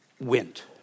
went